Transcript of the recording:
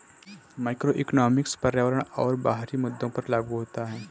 macroeconomics पर्यावरण और बाहरी मुद्दों पर लागू होता है